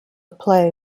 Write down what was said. play